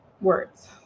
words